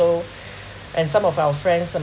so and some of our friends